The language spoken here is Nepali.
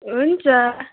हुन्छ